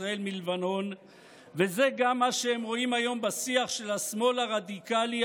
בשלטון, והם מאשימים את השמאל שהם לא שולטים.